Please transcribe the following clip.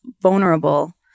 vulnerable